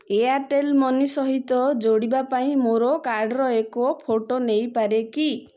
Airtel money ସହିତ ଯୋଡ଼ିବା ପାଇଁ ମୋ କାର୍ଡ଼ର ଏକ ଫଟୋ ନେଇପାରେ କି